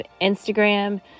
Instagram